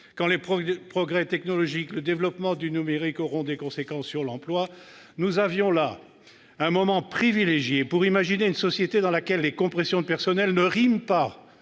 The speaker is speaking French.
quand les progrès technologiques, le développement du numérique, auront des conséquences sur l'emploi. Nous avions, là, un moment privilégié pour imaginer une société dans laquelle les compressions de personnel ne riment pas